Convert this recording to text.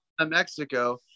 Mexico